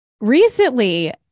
Recently